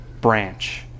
branch